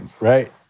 Right